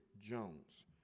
Jones